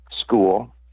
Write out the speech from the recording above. school